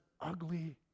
ugly